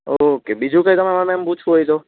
okay બીજું કાંઇ તમારે મેમ પૂછવું હોયતો